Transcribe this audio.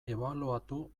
ebaluatu